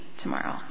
tomorrow